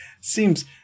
seems